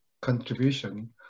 contribution